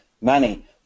money